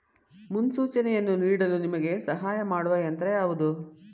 ಮುನ್ಸೂಚನೆಯನ್ನು ನೀಡಲು ನಿಮಗೆ ಸಹಾಯ ಮಾಡುವ ಯಂತ್ರ ಯಾವುದು?